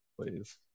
please